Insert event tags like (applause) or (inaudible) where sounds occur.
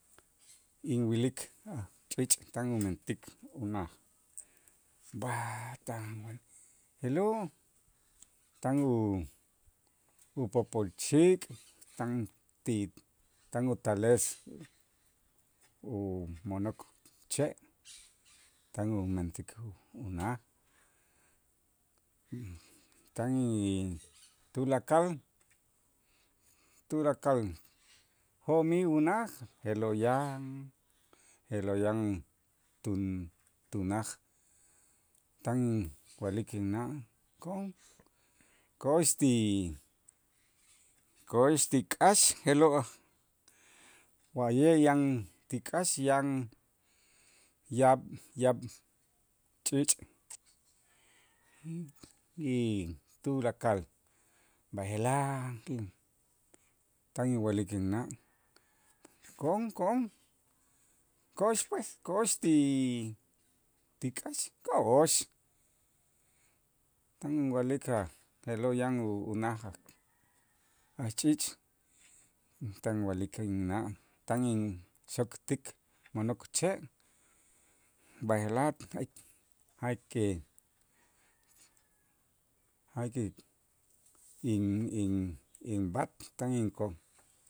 Inwilik ajch'iich' tan umentik unaj (unintelligible) je'lo' tan u- upopolxik' tan ti tan utales umo'nok che' tan umentik unaj tan in tulakal tulakal jo'mij unaj je'lo' yan je'lo' yan tu- tunaj tan wa'lik inna' ko'on, ko'ox ti k'aax je'lo' wa'ye yan ti k'aax yan yaab' yaab' ch'iich' y tulakal, b'aje'laj tan inwa'lik inna' ko'on ko'on ko'ox pues ko'ox ti k'aax ko'ox tan inwa'lik a' je'lo' yan u- unaj a ch'iich' tan wa'lik inna' tan inxoktik mo'nok che' b'aje'laj (unintelligible) a que a que in in inb'aat tan in ko